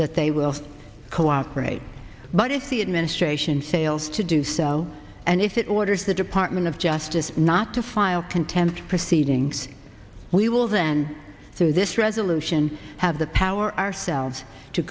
that they will cooperate but if the administration fails to do so and if it orders the department of justice not to file contempt proceedings we will then through this resolution have the power ourselves to